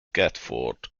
catford